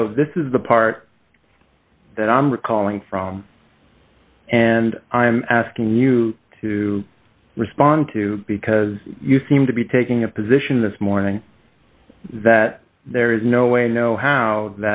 so this is the part that i'm recalling from and i'm asking you to respond to because you seem to be taking a position this morning that there is no way no how